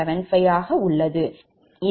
03125 ஆகும்